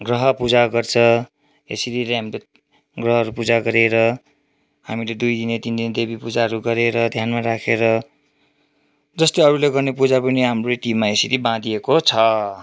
ग्रह पूजा गर्छ यसरी नै हामीले ग्रहहरू पूजा गरेर हामीले दुई दिने तिन दिन देवी पूजाहरू गरेर ध्यानमा राखेर जस्तै अरूले गर्ने पूजा पनि हाम्रो रीतिमा यसरी बाँधिएको छ